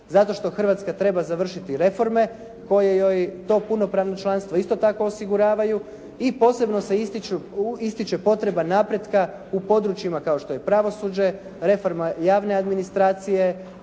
zato što Hrvatska treba završiti reforme koje joj to punopravno članstvo isto tako osiguravaju. I posebno se ističe potreba napretka u područjima kao što je pravosuđe, reforma javne administracije,